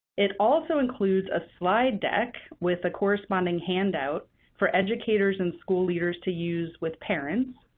it also includes a slide deck with a corresponding handout for educators and school leaders to use with parents.